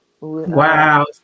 Wow